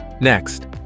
Next